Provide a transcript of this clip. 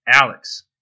Alex